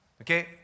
okay